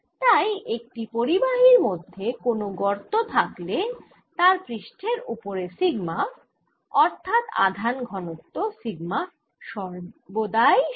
তাই একটি পরিবাহীর মধ্যে কোন গর্ত থাকলে তারপৃষ্ঠের ওপর সিগমা অর্থাৎ আধান ঘনত্ব সিগমা সর্বদাই 0